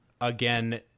again